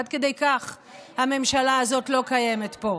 עד כדי כך הממשלה הזאת לא קיימת פה.